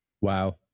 Wow